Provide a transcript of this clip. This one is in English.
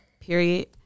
period